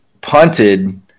punted –